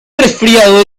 resfriado